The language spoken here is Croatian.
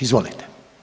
Izvolite.